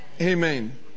Amen